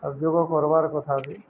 ଆ ଯୋଗ କର୍ବାର୍ କଥା ବି